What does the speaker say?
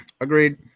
Agreed